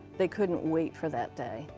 they couldn't wait for that day.